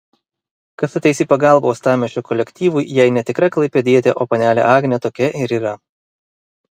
kas ateis į pagalbą uostamiesčio kolektyvui jei ne tikra klaipėdietė o panelė agnė tokia ir yra